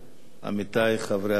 עמיתי חברי הכנסת,